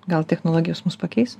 gal technologijos mus pakeis